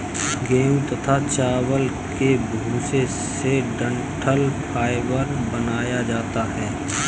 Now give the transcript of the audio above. गेहूं तथा चावल के भूसे से डठंल फाइबर बनाया जाता है